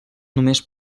només